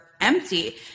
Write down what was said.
empty